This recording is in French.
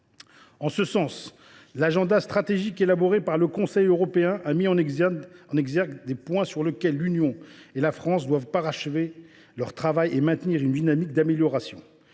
En ce sens, l’agenda stratégique élaboré par le Conseil européen a mis en exergue des points sur lesquels l’Union et la France doivent parachever leur travail et maintenir une dynamique d’amélioration.